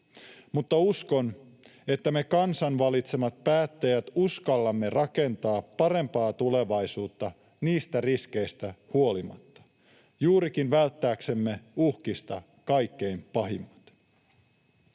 Mutta uskon, että me, kansan valitsemat päättäjät, uskallamme rakentaa parempaa tulevaisuutta niistä riskeistä huolimatta, juurikin välttääksemme uhkista kaikkein pahimmat.